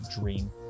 dream